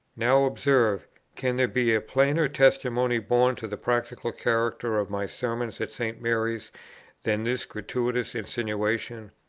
now observe can there be a plainer testimony borne to the practical character of my sermons at st. mary's than this gratuitous insinuation?